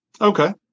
Okay